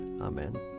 Amen